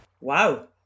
Wow